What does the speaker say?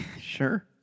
Sure